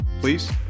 please